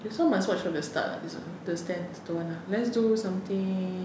that's why must watch from the start ah this one the sand stone let's do something